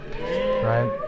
right